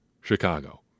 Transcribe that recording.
Chicago